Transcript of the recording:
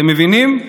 אתם מבינים?